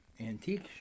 antique